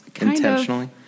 intentionally